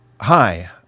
hi